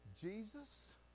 Jesus